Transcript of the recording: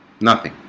nothing